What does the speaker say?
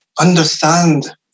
understand